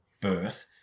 birth